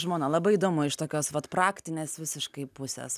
žmona labai įdomu iš tokios vat praktinės visiškai pusės